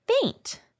faint